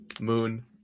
Moon